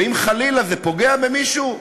ואם חלילה זה פוגע במישהו,